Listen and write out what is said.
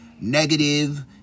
negative